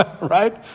right